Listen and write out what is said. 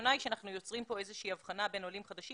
הראשונה היא שאנחנו יוצרים פה איזושהי הבחנה בין עולים חדשים.